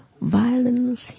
violence